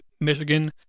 Michigan